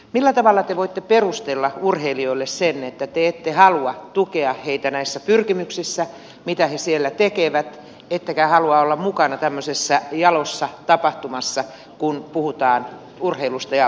millä tavalla te voitte perustella urheilijoille sen että te ette halua tukea heitä näissä pyrkimyksissä mitä he siellä tekevät ettekä halua olla mukana tämmöisessä jalossa tapahtumassa kun puhutaan urheilusta ja olympialaisista